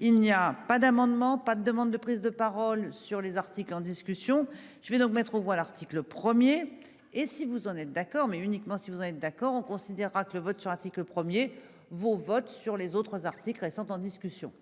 Il n'y a pas d'amendement. Pas de demandes de prise de parole sur les articles en discussion. Je vais donc mettre aux voix l'article 1er et si vous en êtes d'accord, mais uniquement si vous êtes d'accord on considérera que le vote sur l'article 1er vos votes sur les autres articles récents en discussion.